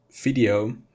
Video